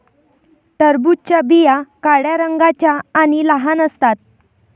टरबूजाच्या बिया काळ्या रंगाच्या आणि लहान असतात